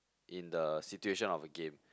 in the situation of the game